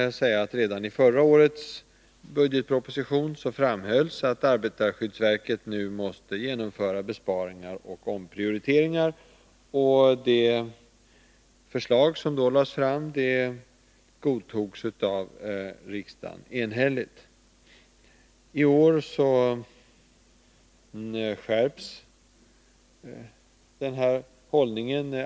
Redan i förra årets budgetproposition framhölls att arbetarskyddsverket nu måste genomföra besparingar och omprioriteringar, och det förslag som då lades fram godtogs enhälligt av riksdagen. I år skärps den här hållningen.